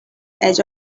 edge